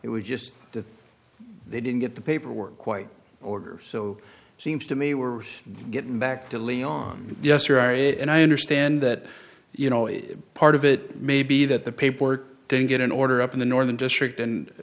it was just that they didn't get the paperwork quite order so it seems to me we're getting back to lean on us or are it and i understand that you know it part of it may be that the paperwork didn't get an order up in the northern district and